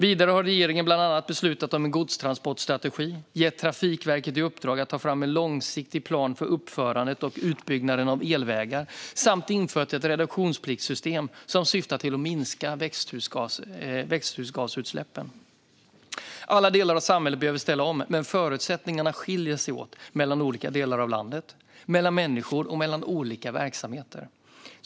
Vidare har regeringen bland annat beslutat om en godstransportstrategi, gett Trafikverket i uppdrag att ta fram en långsiktig plan för uppförande och utbyggnad av elvägar samt infört ett reduktionspliktssystem som syftar till att minska växthusgasutsläppen. Alla delar av samhället behöver ställa om, men förutsättningarna skiljer sig åt mellan olika delar av landet, mellan människor och mellan olika verksamheter.